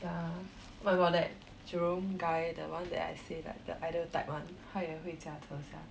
ya oh my god that jerome guy the one that I say that the ideal type one 他也会驾车 sia